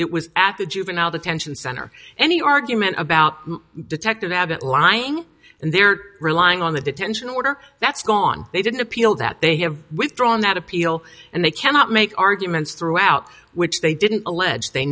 it was at the juvenile detention center any argument about detective abbott lying and they're relying on the detention order that's gone they didn't appeal that they have withdrawn that appeal and they cannot make arguments throughout which they didn't allege they